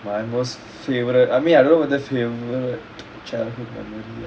my most favourite I mean I don't know whether favourite childhood memory